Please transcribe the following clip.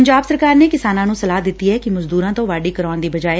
ਪੰਜਾਬ ਸਰਕਾਰ ਨੇ ਕਿਸਾਨਾਂ ਨੂੰ ਸਲਾਹ ਦਿੱਤੀ ਐ ਮਜ਼ਦੁਰਾਂ ਤੋਂ ਵਾਢੀ ਕਰਾਉਣ ਦੀ ਬਜਾਏ